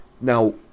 Now